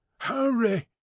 Hurry